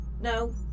no